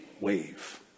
wave